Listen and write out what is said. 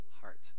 heart